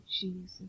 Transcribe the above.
Jesus